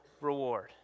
reward